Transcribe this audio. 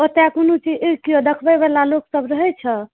ओतय कोनो चीज केओ देखबैवला लोकसभ रहै छै